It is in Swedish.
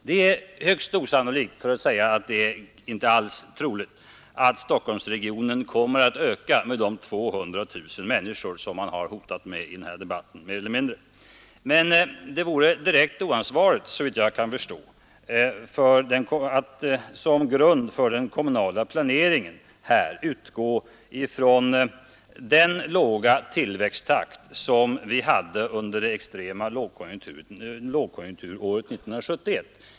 Det är högst osannolikt och inte alls troligt att Stockholmsregionen kommer att öka med de 200 000 människor som man har hotat med i denna debatt. Det vore direkt oansvarigt, såvitt jag kan förstå, att såsom grund för den kommunala planeringen utgå från den låga tillväxttakt som vi hade under det extrema lågkonjunkturåret 1941.